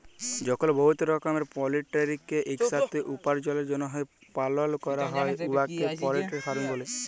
যখল বহুত রকমের পলটিরিকে ইকসাথে উপার্জলের জ্যনহে পালল ক্যরা হ্যয় উয়াকে পলটিরি ফার্মিং ব্যলে